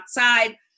outside